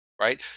right